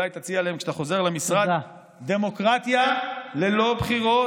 אולי תציע להם כשאתה חוזר למשרד: דמוקרטיה ללא בחירות.